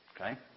Okay